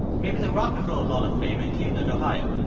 maybe the rock and roll hall of fame in cleveland, ohio,